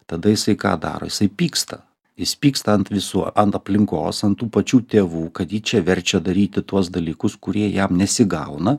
tada jisai ką daro jisai pyksta jis pyksta ant visų ant aplinkos ant tų pačių tėvų kad jį čia verčia daryti tuos dalykus kurie jam nesigauna